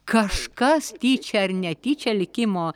kažkas tyčia ar netyčia likimo